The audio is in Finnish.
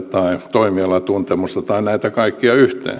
toimialan tuntemusta tai näitä kaikkia yhteensä